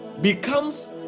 becomes